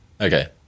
Okay